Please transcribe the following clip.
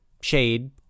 shade